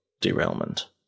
derailment